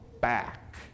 back